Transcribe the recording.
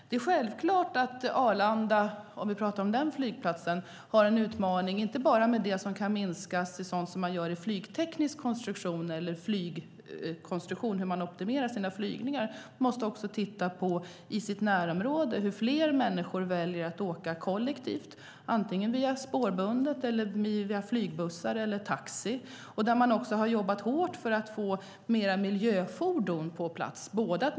Det är självklart att Arlanda har en utmaning inte bara när det gäller det som kan minskas vid flygtekniska konstruktioner eller när det gäller hur man optimerar sina flygningar. Man måste också i sitt närområde titta på hur fler människor kan välja att åka kollektivt - spårbundet, flygbussar eller med taxi. Man har också jobbat hårt för att få fler miljöfordon på plats.